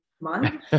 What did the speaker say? month